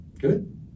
good